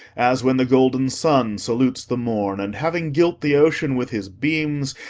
as when the golden sun salutes the morn, and, having gilt the ocean with his beams,